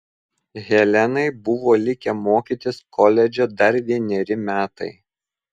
helenai buvo likę mokytis koledže dar vieneri metai